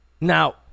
Now